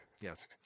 Yes